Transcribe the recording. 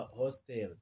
hostel